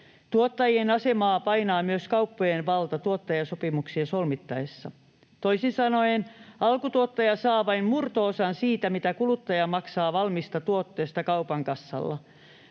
Tuottajien asemaa painaa myös kauppojen valta tuottajasopimuksia solmittaessa. Toisin sanoen alkutuottaja saa vain murto-osan siitä, mitä kuluttaja maksaa valmiista tuotteesta kaupan kassalla.